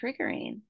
triggering